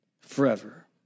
forever